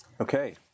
Okay